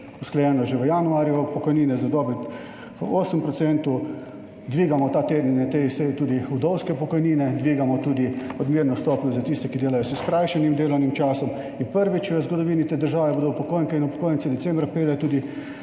usklajeno, že v januarju pokojnine za dobrih 8 %, dvigamo ta teden na tej seji tudi vdovske pokojnine, dvigamo tudi odmerno stopnjo za tiste, ki delajo s skrajšanim delovnim časom, in prvič v zgodovini te države bodo upokojenke in upokojenci decembra prejeli tudi